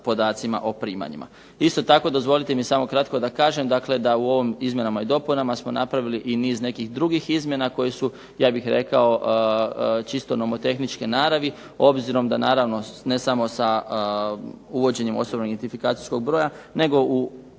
o primanjima. Isto tako dozvolite mi samo kratko da kažem, dakle da u ovom izmjenama i dopunama smo napravili i niz nekih drugih izmjena koji su ja bih rekao čisto nomotehničke naravi, obzirom da naravno ne samo sa uvođenjem osobnog identifikacijskog broja, nego